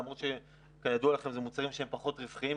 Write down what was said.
למרות שכידוע לכם אלה מוצרים שהם פחות רווחיים,